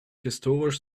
historisch